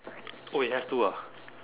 oh it has to ah